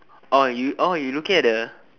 orh you orh you looking at the